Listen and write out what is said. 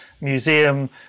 museum